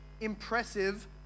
impressive